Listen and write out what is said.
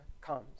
comes